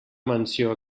menció